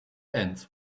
ends